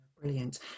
Brilliant